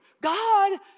God